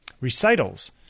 recitals